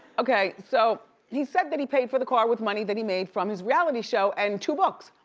okay, so he said that he paid for the car with money that he made from his reality show and two bucks.